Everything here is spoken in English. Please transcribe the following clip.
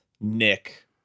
nick